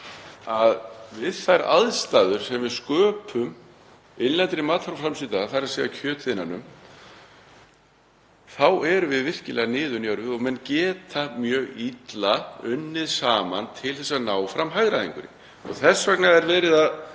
að við þær aðstæður sem við sköpum innlendri matvælaframleiðslu, þ.e. kjötiðnaðinum, erum við virkilega niðurnjörvuð og menn geta mjög illa unnið saman til að ná fram hagræðingu. Þess vegna er verið að